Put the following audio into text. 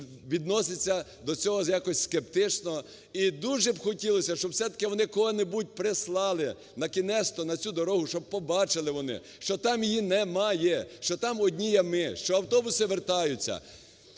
відноситься до цього якось скептично і дуже б хотілося, щоб все-таки вони кого-небудь прислали накінец-то на цю дорогу, щоб побачили вони, що там її немає, що там одні ями, що автобуси вертаються.